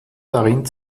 darin